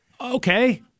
okay